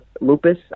lupus